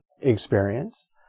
experience